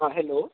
ହଁ ହେଲୋ